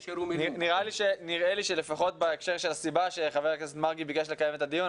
נראה לי שלפחות שבהקשר של הסיבה שח"כ מרגי ביקש לקיים את הדיון,